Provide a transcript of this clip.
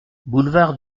boulevard